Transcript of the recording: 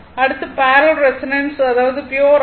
அடுத்து parallel resonance அதாவது pure R